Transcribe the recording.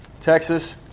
Texas –